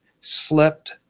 slept